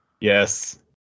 Yes